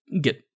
get